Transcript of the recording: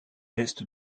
est